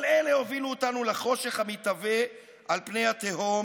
כל אלה הובילו אותנו לחושך המתהווה על פני התהום,